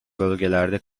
bölgelerde